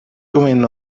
going